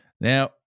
now